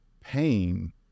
pain